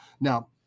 Now